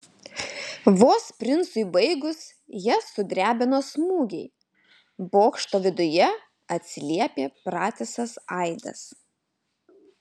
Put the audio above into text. vos princui baigus jas sudrebino smūgiai bokšto viduje atsiliepė pratisas aidas